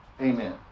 Amen